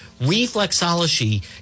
Reflexology